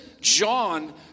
John